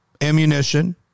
ammunition